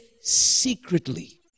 secretly